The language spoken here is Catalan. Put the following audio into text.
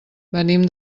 venim